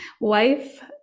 wife